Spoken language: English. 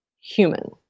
human